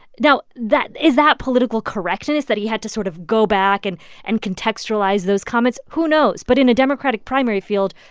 now, that is that political correctness, that he had to sort of go back and and contextualize those comments? who knows? but in a democratic primary field,